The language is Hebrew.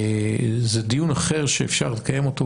זה דיון אחר שאפשר לקיים אותו,